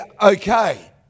okay